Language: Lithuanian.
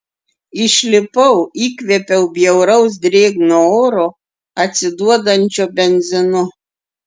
išlipau įkvėpiau bjauraus drėgno oro atsiduodančio benzinu